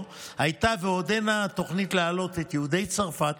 הייתה ועודנה תוכנית להעלאת יהודי צרפת